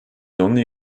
only